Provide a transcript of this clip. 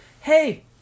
hey